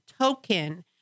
token